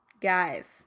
guys